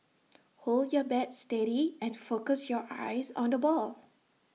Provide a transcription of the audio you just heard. hold your bat steady and focus your eyes on the ball